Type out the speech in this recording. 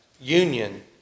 union